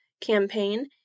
campaign